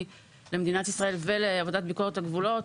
למדינת ישראל ולעבודת ביקורת הגבולות.